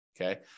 Okay